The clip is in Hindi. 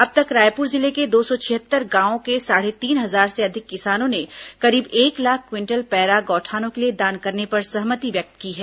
अब तक रायपुर जिले के दो सौ छिहत्तर गांवों के साढ़े तीन हजार से अधिक किसानों ने करीब एक लाख क्विंटल पैरा गौठानों के लिए दान करने पर सहमति व्यक्त की है